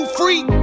free